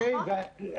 נכון.